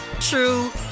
true